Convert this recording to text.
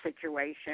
situation